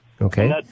Okay